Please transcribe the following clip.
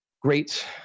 great